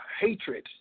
hatred